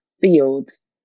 fields